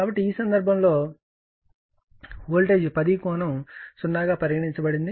కాబట్టి ఈ సందర్భంలో వోల్టేజ్ 10 కోణం 0 పరిగణించబడింది